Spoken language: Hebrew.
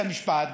את המשפט,